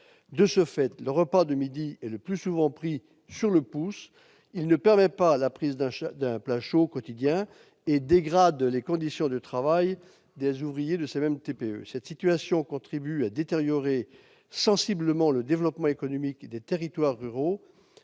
De ce fait, le repas de midi est le plus souvent pris « sur le pouce ». Il ne permet pas la consommation d'un plat chaud quotidien et dégrade les conditions de travail des ouvriers de ces mêmes TPE. Cette situation contribue à détériorer sensiblement le développement économique des territoires ruraux